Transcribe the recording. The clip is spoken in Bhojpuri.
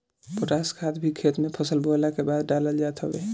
पोटाश खाद भी खेत में फसल बोअला के बाद डालल जात हवे